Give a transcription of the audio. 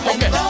Okay